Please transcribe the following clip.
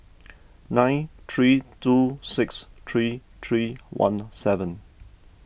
nine three two six three three one seven